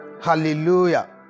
hallelujah